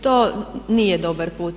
To nije dobar put.